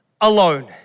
alone